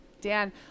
dan